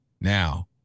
now